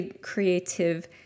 creative